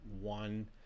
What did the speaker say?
one